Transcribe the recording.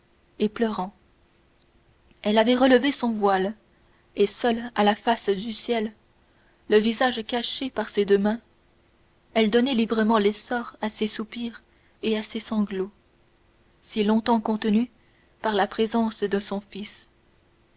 et pleurant elle avait relevé son voile et seule à la face du ciel le visage caché par ses deux mains elle donnait librement l'essor à ses soupirs et à ses sanglots si longtemps contenus par la présence de son fils